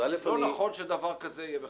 לא נכון שדבר כזה יהיה בחקיקה.